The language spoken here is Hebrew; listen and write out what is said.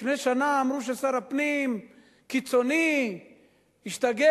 לפני שנה אמרו ששר הפנים קיצוני, השתגע,